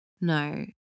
no